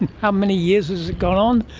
and how many years has it gone on?